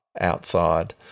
outside